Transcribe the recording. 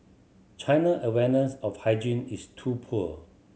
China awareness of hygiene is too poor